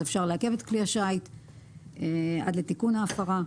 אפשר לעכב את כלי השיט עד לתיקון ההפרה.